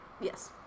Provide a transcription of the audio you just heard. Yes